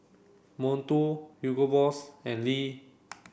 Monto Hugo Boss and Lee